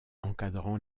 encadrant